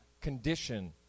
condition